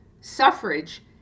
suffrage